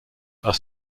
are